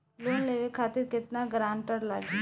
Loan लेवे खातिर केतना ग्रानटर लागी?